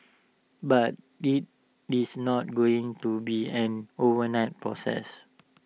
but IT it's not going to be an overnight process